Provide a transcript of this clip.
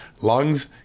lungs